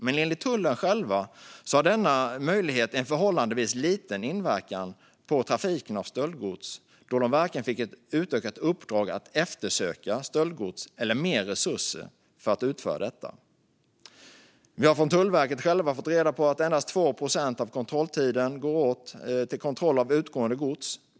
Men enligt tullen själva har denna möjlighet förhållandevis liten inverkan på trafiken av stöldgods, då man varken fick ett utökat uppdrag att eftersöka stöldgods eller mer resurser för att utföra detta. Vi har från Tullverket själva fått reda på att endast 2 procent av kontrolltiden går åt till kontroll av utgående gods.